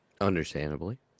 Understandably